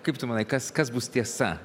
kaip tu manai kas kas bus tiesa